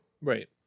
Right